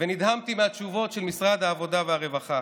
ונדהמתי מהתשובות של משרד העבודה והרווחה.